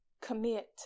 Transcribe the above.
Commit